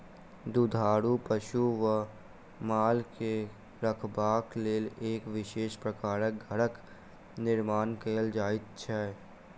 दुधारू पशु वा माल के रखबाक लेल एक विशेष प्रकारक घरक निर्माण कयल जाइत छै